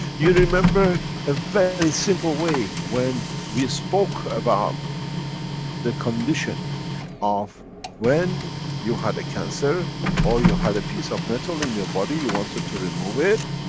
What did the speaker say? you remember a very simple way when we spoke about the condition of when you had a cancer or you had a piece of metal in your body, you wanted to it.